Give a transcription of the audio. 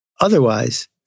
otherwise